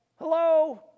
Hello